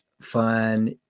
fun